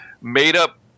made-up